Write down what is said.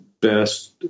best